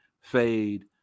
fade